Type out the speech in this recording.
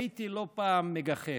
הייתי לא פעם מגחך.